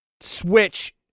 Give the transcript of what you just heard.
Switch